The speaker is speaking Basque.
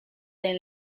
den